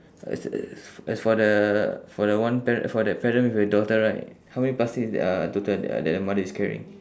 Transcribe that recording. as for the for the one pare~ for that parent with a daughter right how many plastics that uh total that uh that the mother is carrying